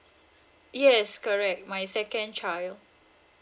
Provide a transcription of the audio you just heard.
yes correct my second child